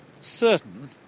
certain